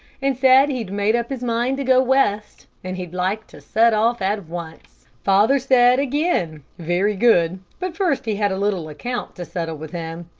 and said he'd made up his mind to go west, and he'd like to set off at once. father said again, very good, but first he had a little account to settle with him,